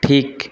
ঠিক